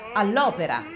all'opera